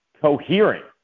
Coherent